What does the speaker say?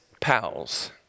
pals